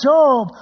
Job